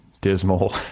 dismal